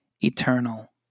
eternal